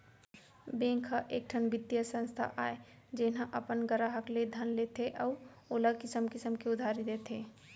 bank ह एकठन बित्तीय संस्था आय जेन ह अपन गराहक ले धन लेथे अउ ओला किसम किसम के उधारी देथे